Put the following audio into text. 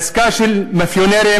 עסקה של מאפיונרים.